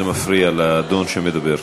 זה מפריע לאדון שמדבר,